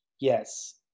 Yes